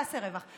נעשה רווח,